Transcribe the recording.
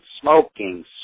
smoking